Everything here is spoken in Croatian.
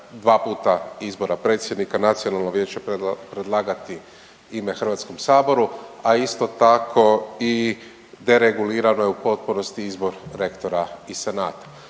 dva puta izbora predsjednika Nacionalno vijeće predlagati ime HS-u, a isto tako, deregulirano je u potpunosti izbor rektora i Senata.